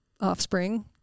offspring